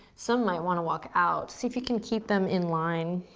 some might wanna walk out. see if you can keep them in line.